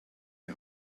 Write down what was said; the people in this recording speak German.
die